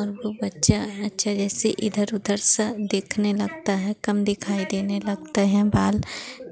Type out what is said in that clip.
और वह बच्चा अच्छा जैसे इधर उधर सा दिखने लगता है कम दिखाई देने लगता है बाल